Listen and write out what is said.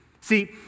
See